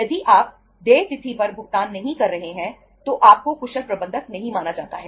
यदि आप देय तिथि पर भुगतान नहीं कर रहे हैं तो आपको कुशल प्रबंधक नहीं माना जाता है